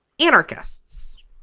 anarchists